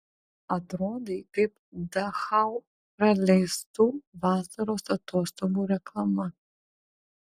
atrodai kaip dachau praleistų vasaros atostogų reklama